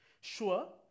Sure